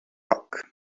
rock